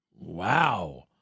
Wow